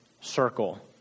circle